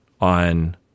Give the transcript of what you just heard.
on